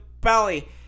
belly